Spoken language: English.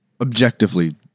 Objectively